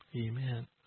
Amen